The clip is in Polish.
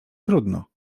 trudno